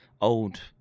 old